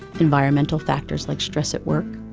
environmental factors like stress at work,